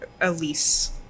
elise